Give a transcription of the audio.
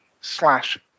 Slash